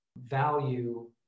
value